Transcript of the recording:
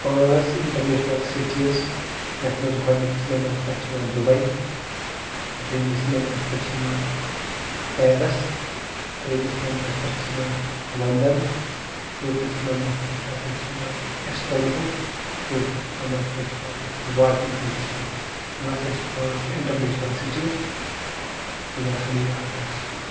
پانٛژھ international cities یَتھ منٛز گۄڈٕنِکِس نَمبرَس پٮ۪ٹھ چھِ یِوان دُبے دۄیمِس نَمبرَس پٮ۪ٹھ چھِ یِوان پیرَس ترٛیٚمِس نَمبرَس پٮ۪ٹھ چھِ یِوان لَندَن ژوٗرمِس نَمبرَس پٮ۪ٹھ ہَسا چھِ یِوان اِستانبُل پانٛژمِس نَمبرَس پٮ۪ٹھ چھِ یِوان واٹِکَن سِٹی یِم ہَسا چھِ پانٛژھ اِنٹَرنیشنَل سِٹیٖز یِم ہَسا مےٚ یاد آسہٕ